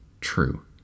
true